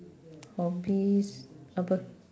hobbies apa